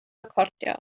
recordio